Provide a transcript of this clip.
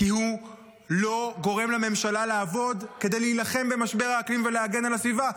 כי הוא לא גורם לממשלה לעבוד כדי להילחם במשבר האקלים ולהגן על הסביבה.